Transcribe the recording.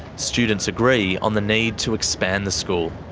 students agree on the need to expand the school.